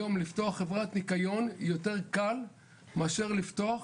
היום יותר קל לפתוח חברת ניקיון מאשר לפתוח